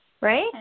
Right